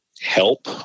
help